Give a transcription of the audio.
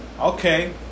Okay